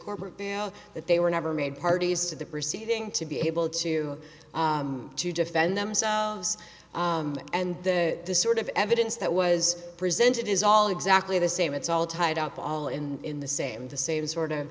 corporate veil that they were never made parties to the proceeding to be able to to defend themselves and the sort of evidence that was presented is all exactly the same it's all tied up all in the same the same sort